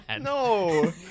no